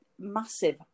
massive